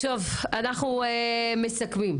אני מסכמת.